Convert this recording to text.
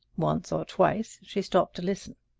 once or twice she stopped to listen.